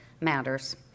matters